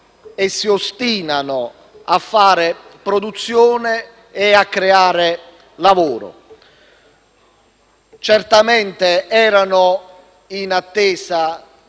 e si ostinano a fare produzione e a creare lavoro. Certamente erano in attesa